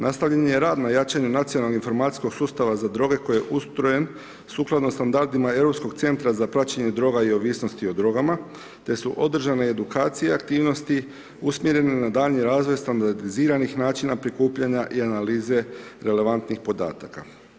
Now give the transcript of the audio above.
Nastavljen je i rad na jačanju nacionalnog informacijskog sustava za droge koji je ustrojen sukladno standardima Europskog centra za praćenje droga i ovisnosti o drogama te su održane i edukacije aktivnosti usmjerene na daljnji razvoj standardiziranih načina prikupljanja i analize relevantnih podataka.